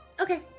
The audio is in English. Okay